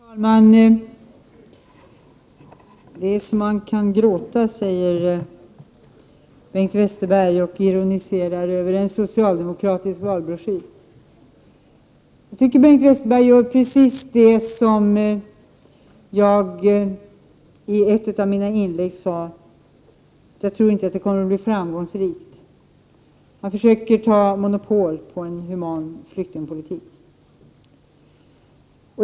Herr talman! Det är så att man kan gråta, säger Bengt Westerberg och ironiserar över en socialdemokratisk valbroschyr. Jag tycker att Bengt Westerberg gör precis det jag talade om i ett av mina inlägg; han försöker ta monopol på en human flyktingpolitik. Jag tror inte att det kommer att bli framgångsrikt.